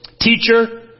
Teacher